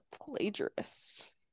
plagiarist